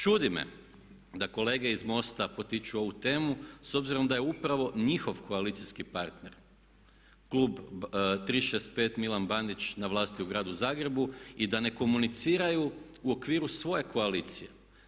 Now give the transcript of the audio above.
Čudi me da kolege iz MOST-a potiču ovu temu s obzirom da je upravo njihov koalicijski partner Klub 365 Milan Bandić na vlasti u gradu Zagrebu i da ne komuniciraju u okviru svoje koalicije.